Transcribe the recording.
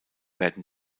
werden